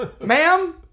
Ma'am